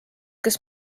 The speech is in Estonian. kes